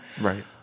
right